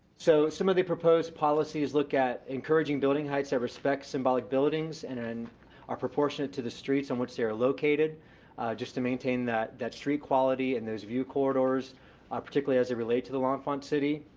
so, some of the proposed policies look at encouraging building heights that respect symbolic buildings and and are proportionate to the streets on which they are located just to maintain that that street quality and those view corridors ah particularly as they relate to the l'enfant city.